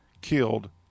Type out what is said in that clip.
killed